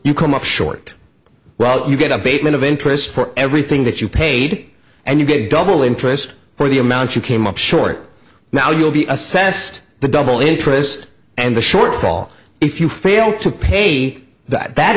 you come up short while you get a basement of interest for everything that you paid and you get double interest for the amount you came up short now you'll be assessed the double interest and the shortfall if you fail to pay that that